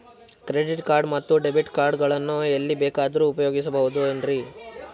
Credit card ಮತ್ತು debit card ಗಳನ್ನು ಎಲ್ಲಿ ಬೇಕಾದ್ರು ಉಪಯೋಗಿಸಬಹುದೇನ್ರಿ?